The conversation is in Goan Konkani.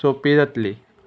सोंपी जातली